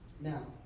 Now